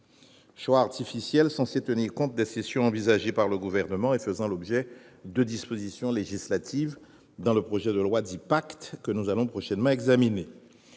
choix artificiel est censé tenir compte des cessions envisagées par le Gouvernement et faisant l'objet de dispositions législatives dans le projet de loi dit « PACTE », que nous allons prochainement examiner.